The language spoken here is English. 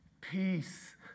peace